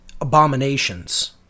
abominations